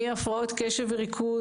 מהפרעות קשב וריכוז,